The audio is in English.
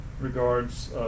regards